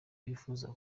uwifuza